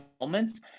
moments